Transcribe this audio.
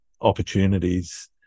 opportunities